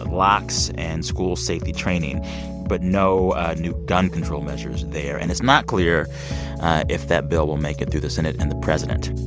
locks and school safety training but no new gun control measures there. and it's not clear if that bill will make it through the senate and the president